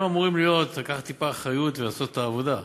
הם אמורים לקחת טיפה אחריות ולעשות את העבודה.